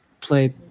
play